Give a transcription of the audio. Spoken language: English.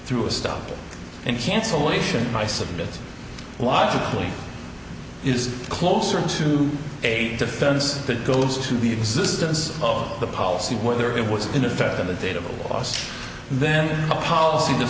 through a stop and cancellation i submit logically is closer to a defense that goes to the existence of the policy whether it was in effect on the date of cost then a policy